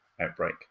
outbreak